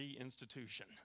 institution